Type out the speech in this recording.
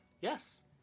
Yes